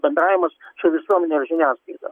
bendravimas su visuomene ir žiniasklaida